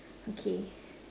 okay